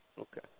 Okay